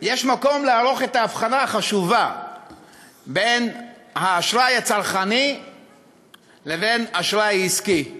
יש מקום לערוך את ההבחנה החשובה בין אשראי הצרכני לבין אשראי עסקי.